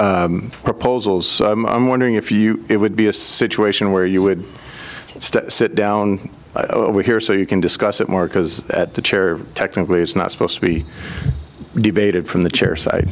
your proposals i'm wondering if you it would be a situation where you would sit down over here so you can discuss it more because at the chair technically it's not supposed to be debated from the chair si